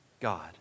God